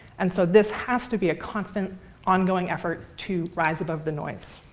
and so this has to be a constant ongoing effort to rise above the noise.